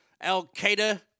Al-Qaeda